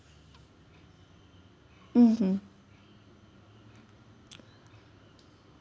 mmhmm